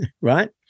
right